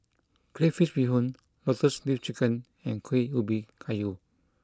Crayfish Beehoon Lotus Leaf Chicken and Kuih Ubi Kayu